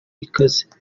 ikaze